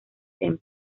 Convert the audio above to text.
templo